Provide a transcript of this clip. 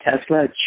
Tesla